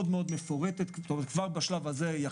מאוד מפורטת כבר בשלב הזה.